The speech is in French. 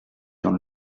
dans